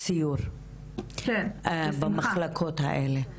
סיור במחלקות האלה.